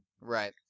Right